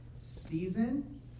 season